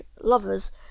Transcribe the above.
lovers